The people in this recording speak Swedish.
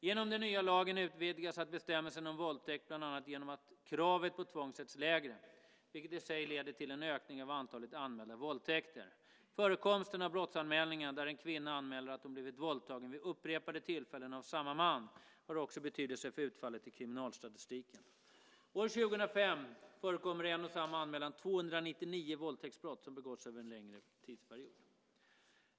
Genom den nya lagen utvidgas bestämmelsen om våldtäkt bland annat genom att kravet på tvång sätts lägre, vilket i sig leder till en ökning av antalet anmälda våldtäkter. Förekomsten av brottsanmälningar där en kvinna anmäler att hon blivit våldtagen vid upprepade tillfällen av samma man har också betydelse för utfallet i kriminalstatistiken. År 2005 förekommer i en och samma anmälan 299 våldtäktsbrott som begåtts över en längre tidsperiod.